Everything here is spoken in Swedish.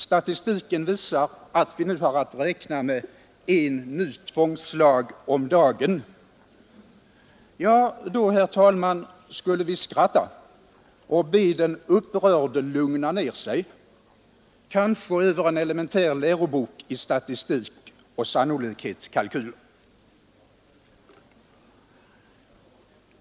Statistiken visar, att vi nu har att räkna med en ny tvångslag om dagen”, ja, herr talman, då skulle vi skratta och be den upprörde lugna ner sig, kanske över en elementär lärobok i statistik och sannolikhetskalkyl.